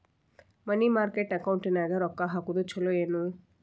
ಮನಿ market ಅಕೌಂಟಿನ್ಯಾಗ ರೊಕ್ಕ ಹಾಕುದು ಚುಲೊ ಏನು